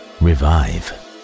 revive